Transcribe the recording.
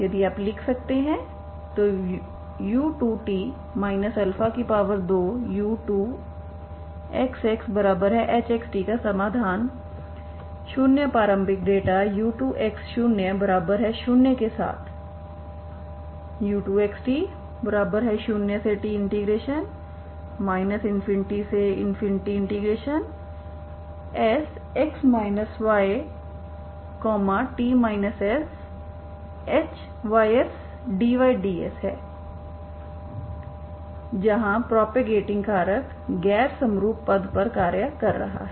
यदि आप इसे लिख सकते हैं तो u 2t 2u2xxhxtका समाधान शून्य प्रारंभिक डेटा u2x00 के साथ u2xt0t ∞Sx yt shysdyds है जहाँ प्रॉपगेटिंग कारक गैर समरूप पद पर कार्य कर रहा है